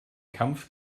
kampf